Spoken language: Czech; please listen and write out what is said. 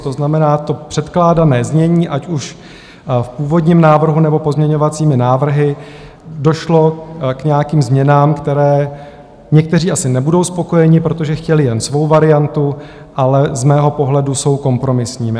To znamená, předkládané znění, ať už v původním návrhu, nebo pozměňovacími návrhy došlo k nějakým změnám, které někteří asi nebudou spokojeni, protože chtěli jen svou variantu ale z mého pohledu jsou kompromisními.